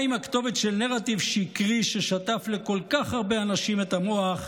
מה עם הכתובת של נרטיב שקרי ששטף לכל כך הרבה אנשים את המוח,